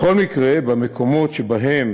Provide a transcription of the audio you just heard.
בכל מקרה, במקומות שבהם,